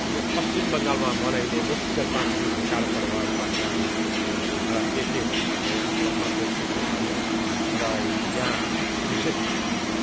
यो पश्चिम बङ्गालमा मनाइने मुख्य सांस्कृतिक चाड पर्व घटनाहरू र क के हुन् भन्ने यहाँ प्रश्न तेर्सिएको हुनाले र यहाँ विशेष